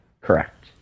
Correct